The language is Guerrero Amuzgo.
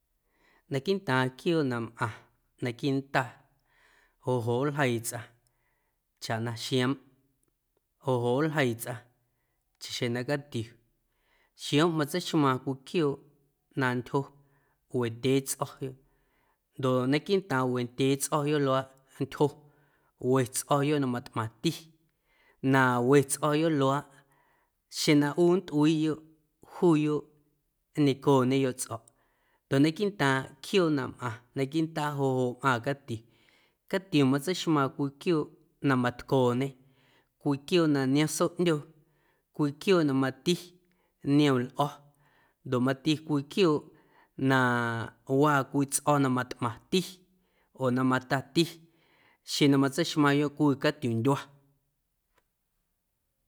Naquiiꞌntaaⁿ quiooꞌ na mꞌaⁿ naquiiꞌ ndaa joꞌ joꞌ nljeii tsꞌaⁿ chaꞌ na xioomꞌ joꞌ joꞌ nljeii tsꞌaⁿ chaxjeⁿ na catiu xioomꞌ matseixmaaⁿ cwii quiooꞌ na nntyjo wendyee tsꞌo̱yoꞌ ndoꞌ naquiiꞌntaaⁿ wendyee tsꞌo̱yoꞌ luaaꞌ nntyjo we tsꞌo̱yoꞌ na matꞌmaⁿti na we tsꞌo̱yoꞌ luaaꞌ xeⁿ na nntꞌuiiꞌyoꞌ juuyoꞌ nñecooñeyoꞌ tsꞌo̱ꞌ ndoꞌ naquiiꞌntaaⁿ quiooꞌ na mꞌaⁿ naquiiꞌ ndaa joꞌ joꞌ mꞌaaⁿ catiu, catiu matseixmaaⁿ cwii quiooꞌ na matcooñe cwii quiooꞌ na niom sooꞌndyoo cwii quiooꞌ na mati niom lꞌo̱ ndoꞌ mati cwii quiooꞌ na waa cwii tsꞌo̱ na matꞌmaⁿti oo na matati xeⁿ na matseixmaⁿyoꞌ cwii catiundyua.